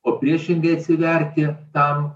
o priešingai atsiverti tam